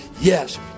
Yes